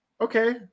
okay